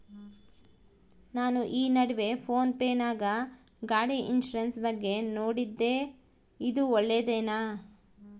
ನಾನು ಈ ನಡುವೆ ಫೋನ್ ಪೇ ನಾಗ ಗಾಡಿ ಇನ್ಸುರೆನ್ಸ್ ಬಗ್ಗೆ ನೋಡಿದ್ದೇ ಇದು ಒಳ್ಳೇದೇನಾ?